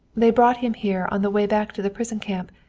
they brought him here on the way back to the prison camp,